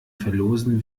verlosen